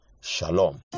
shalom